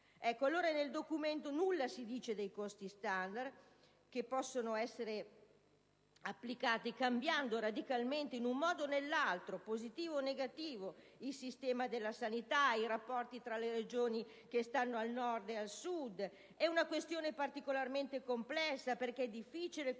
documento in discussione nulla si dice dei costi standard, che possono essere applicati cambiando radicalmente in un modo o nell'altro, positivo o negativo, il sistema della sanità e i rapporti tra le Regioni che stanno al Nord e al Sud. Si tratta di una questione particolarmente complessa, perché è difficile conciliare